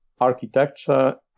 architecture